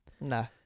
No